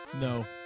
No